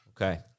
Okay